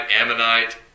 Ammonite